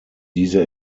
diese